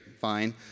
fine